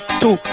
two